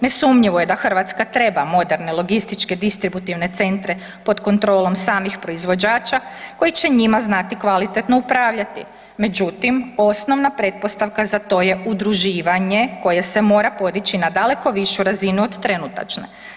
Nesumnjivo je da Hrvatska treba moderne logističko-distributivne centre pod kontrolom samih proizvođača koji će njima znati kvalitetno upravljati, međutim, osnovna pretpostavka za to je udruživanje koje se mora podići na daleko višu razinu od trenutačne.